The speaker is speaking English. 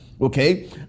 Okay